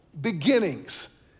beginnings